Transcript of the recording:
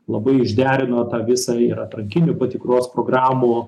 labai išderino tą visą ir atrankinių patikros programų